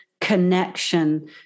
connection